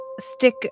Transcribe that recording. stick